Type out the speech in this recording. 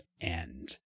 end